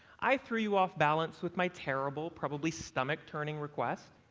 i threw you off balance with my terrible, probably stomach-turning request.